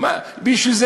בגלל זה